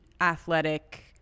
athletic